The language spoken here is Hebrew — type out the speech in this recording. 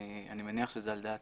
אני מניח שזה על דעתם,